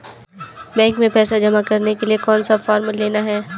Bank में पैसा जमा करने के लिए कौन सा फॉर्म लेना है?